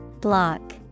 Block